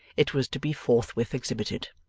it was to be forthwith exhibited.